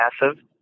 massive